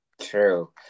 true